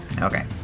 Okay